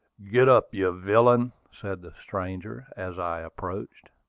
get up, you villain! said the stranger, as i approached.